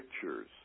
pictures